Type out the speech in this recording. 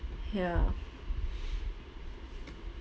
ya